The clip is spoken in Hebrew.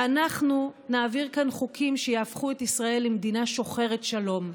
ואנחנו נעביר כאן חוקים שיהפכו את ישראל למדינה שוחרת שלום,